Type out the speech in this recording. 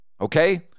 okay